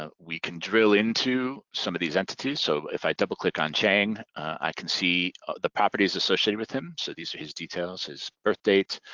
ah we can drill into some of these entities. so if i double click on chang, i can see the properties associated with him, so these are his details, his birth date,